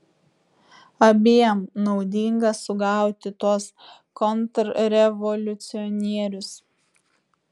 abiem naudinga sugauti tuos kontrrevoliucionierius